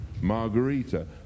Margarita